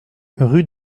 rue